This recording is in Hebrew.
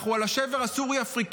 אנחנו על השבר הסורי-אפריקני.